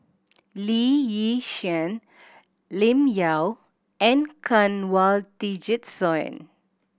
Lee Yi Shyan Lim Yau and Kanwaljit Soin